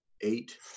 eight